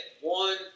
one